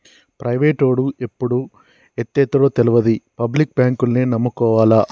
ప్రైవేటోడు ఎప్పుడు ఎత్తేత్తడో తెల్వది, పబ్లిక్ బాంకుల్నే నమ్ముకోవాల